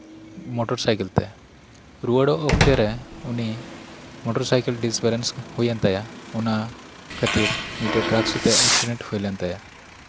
motor cycle ᱛᱮ ᱨᱩᱣᱟᱹᱲᱚᱜ ᱚᱠᱛᱮ ᱨᱮ ᱩᱱᱤ ᱢᱚᱴᱚᱨ ᱥᱟᱭᱠᱮᱞ ᱰᱤᱥᱵᱮᱞᱮᱱᱥ ᱦᱩᱭᱮᱱ ᱛᱟᱭᱟ ᱚᱱᱟ ᱠᱷᱟᱹᱛᱤᱨ ᱢᱤᱫᱴᱟᱱ ᱴᱨᱟᱠ ᱥᱟᱞᱟᱜ ᱮᱠᱥᱤᱰᱮᱱᱴ ᱦᱩᱭᱮᱱ ᱛᱟᱭᱟ